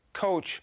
Coach